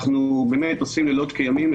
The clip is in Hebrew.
אנחנו באמת עושים לילות כימים,